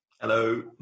Hello